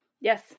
Yes